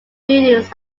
buildings